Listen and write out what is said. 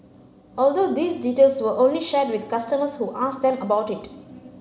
also these details were only shared with customers who asked them about it